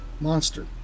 Monster